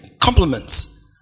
compliments